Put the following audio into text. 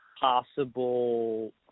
possible